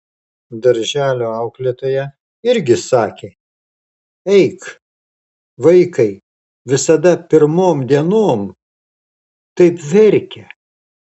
darželio auklėtoja irgi sakė eik vaikai visada pirmom dienom taip verkia